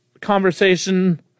conversation